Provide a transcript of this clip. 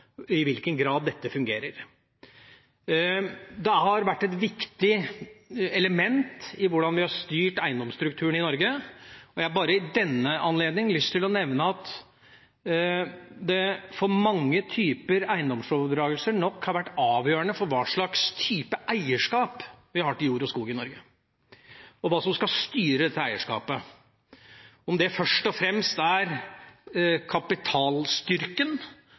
i hvilken grad dette fungerer. Dette har vært et viktig element for hvordan vi har styrt eiendomsstrukturen i Norge. Jeg har bare ved denne anledning lyst til å nevne at for mange typer eiendomsoverdragelser har det vært avgjørende for hva slags type eierskap vi har til jord og skog i Norge, og hva som skal styre dette eierskapet. Er det først og fremst kapitalstyrken, eller er